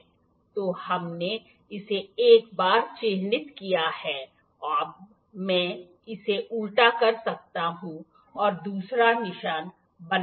तो वर्नियर ऊंचाई गेज के एक और उपयोग को चिह्नित करने का यह तरीका है अगर हमें ठीक से चिह्नित करने की आवश्यकता है जैसे हम संयोजन सेट के स्क्वेयर शीर्ष का उपयोग कर सकते हैं या यहां इनके समानांतर रेखाओं को चिह्नित करने के लिए स्क्वेयर का प्रयास कर सकते हैं